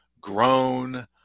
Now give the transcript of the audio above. grown